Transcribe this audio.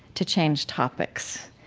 to change topics